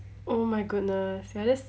oh my goodness ya that's